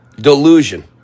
delusion